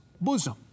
bosom